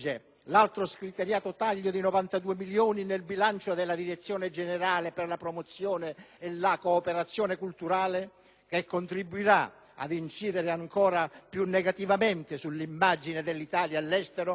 l'altro scriteriato taglio di 92 milioni di euro nel bilancio della Direzione generale per la promozione e la cooperazione culturale del Ministero degli esteri, che contribuirà ad incidere ancora più negativamente sull'immagine dell'Italia all'estero,